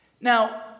Now